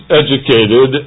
educated